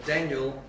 Daniel